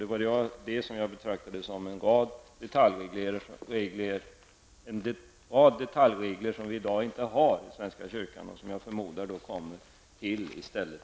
Det var detta jag betraktade som en rad detaljregler som vi i dag inte har i svenska kyrkan, men som jag förmodar kommer till i stället.